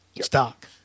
stock